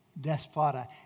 despota